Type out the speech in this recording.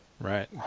Right